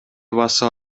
басып